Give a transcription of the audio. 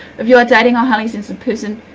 if you are dating are highly sensitive person,